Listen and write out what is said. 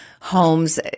Homes